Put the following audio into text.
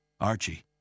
Archie